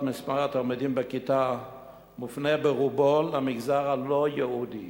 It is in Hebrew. מספר התלמידים בכיתה מופנה ברובו למגזר הלא-יהודי.